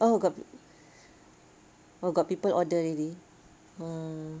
oh got people got people order already ah